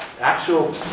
actual